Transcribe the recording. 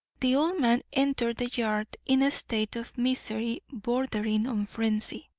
the old man entered the yard in a state of misery bordering on frenzy.